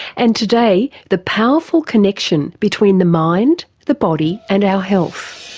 and today the powerful connection between the mind, the body and our health.